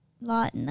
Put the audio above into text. lot